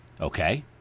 Okay